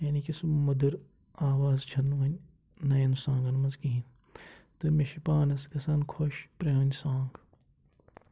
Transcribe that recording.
یعنے کہِ سُہ مٔدٕر آواز چھَنہٕ وۄنۍ نَیَن سانٛگَن منٛز کِہیٖنۍ تہٕ مےٚ چھِ پانَس گژھان خۄش پرٛٲنۍ سانٛگ